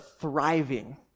thriving